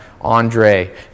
Andre